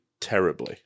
terribly